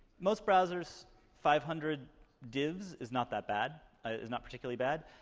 most browsers five hundred divs is not that bad. is not particularly bad.